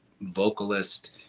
vocalist